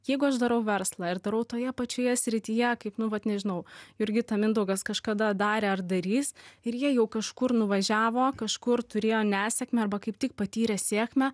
jeigu aš darau verslą ir darau toje pačioje srityje kaip nu vat nežinau jurgita mindaugas kažkada darė ar darys ir jie jau kažkur nuvažiavo kažkur turėjo nesėkmę arba kaip tik patyrė sėkmę